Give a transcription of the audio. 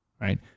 right